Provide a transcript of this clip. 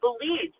believed